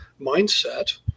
mindset